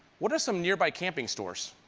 what are some nearby camping stores?